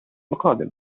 القادم